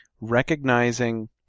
recognizing